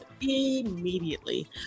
immediately